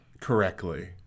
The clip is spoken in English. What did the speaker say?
correctly